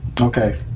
Okay